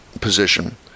position